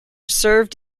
served